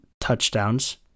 touchdowns